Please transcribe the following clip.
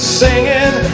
singing